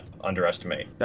underestimate